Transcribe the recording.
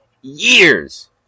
years